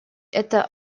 это